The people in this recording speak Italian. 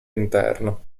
interno